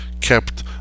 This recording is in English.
kept